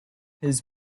his